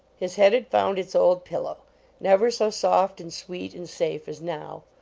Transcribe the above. his head had found its old pillow never so soft, and sweet, and safe as now.